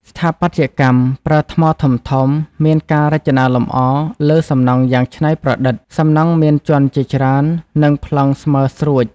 ស្ថាបត្យកម្ម ប្រើថ្មធំៗ មានការរចនាលម្អលើសំណង់យ៉ាងច្នៃប្រឌិត។ សំណង់មានជាន់ជាច្រើន និងប្លង់ស្មើស្រួច។